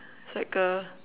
it's like a